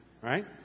right